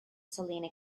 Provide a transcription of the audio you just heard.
salina